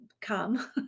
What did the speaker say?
come